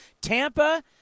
Tampa